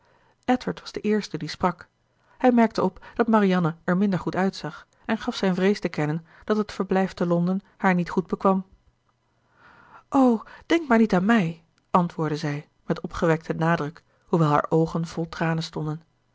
edward was de eerste die sprak hij merkte op dat marianne er minder goed uitzag en gaf zijn vrees te kennen dat het verblijf te londen haar niet goed bekwam o denk maar niet aan mij antwoordde zij met opgewekten nadruk hoewel haar oogen vol tranen stonden